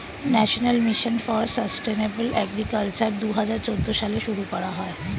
national mission for sustainable agriculture দুহাজার চৌদ্দ সালে শুরু করা হয়